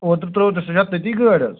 اوترٕ ترٛٲووٕ تۄہہِ سۄ چھا تٔتٕے گٲڑۍ حظ